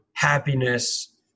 happiness